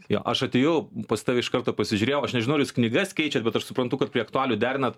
jo aš atėjau pas tave iš karto pasižiūrėjau aš nežinau ar jūs knygas keičia bet aš suprantu kad prie aktualijų derinat